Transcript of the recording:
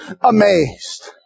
amazed